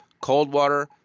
Coldwater